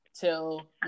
till